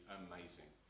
amazing